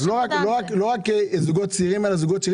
אז לא רק זוגות צעירים אלא זוגות צעירים